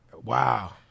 Wow